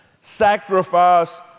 Sacrifice